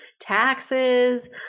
taxes